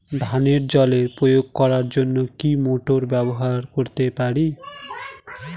ধানে জল প্রয়োগ করার জন্য কি মোটর ব্যবহার করতে পারি?